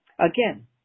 Again